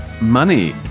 money